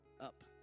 up